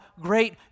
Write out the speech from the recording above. great